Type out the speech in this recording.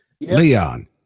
Leon